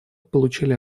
получили